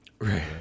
Right